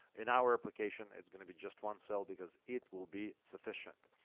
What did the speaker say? in our application, it's going to be just one cell because it will be sufficient.